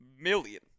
million